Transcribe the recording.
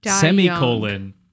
Semicolon